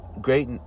great